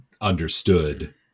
understood